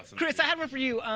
chris, i have one for you.